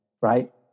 right